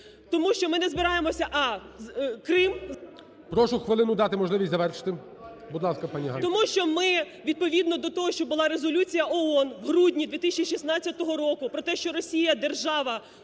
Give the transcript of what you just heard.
Тому що ми не збираємося: а) Крим... ГОЛОВУЮЧИЙ. Прошу хвилину, дати можливість завершити. Будь ласка, пані Ганно. ГОПКО Г.М. Тому що ми, відповідно до того, що була резолюція ООН в грудні 2016 року про те, що Росія – держава-окупант